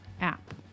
app